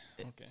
Okay